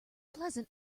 pleasant